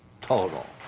total